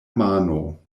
mano